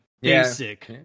Basic